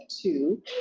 two